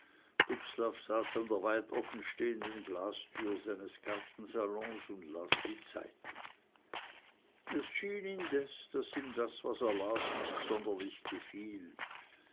an der weit offenstehenden glastür seines gartensalons und las die zeitung es schien indes daß ihm das was er las nicht sonderlich gefiel